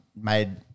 made